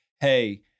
hey